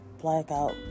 blackout